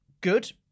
good